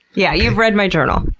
yeah, you've read my journal. um